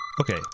Okay